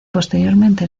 posteriormente